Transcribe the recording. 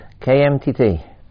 KMTT